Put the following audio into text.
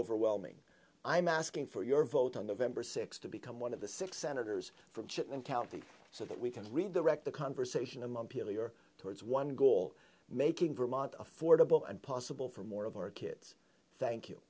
overwhelming i'm asking for your vote on november sixth to become one of the six senators from chipman county so that we can read the wreck the conversation among peel your towards one goal making vermont affordable and possible for more of our kids thank you